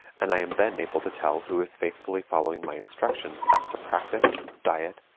and i am then able to tell who is faithfully following my instructions as to practice, diet,